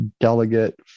delegate